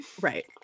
right